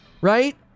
right